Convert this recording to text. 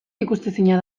ikusezina